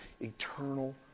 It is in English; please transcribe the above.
Eternal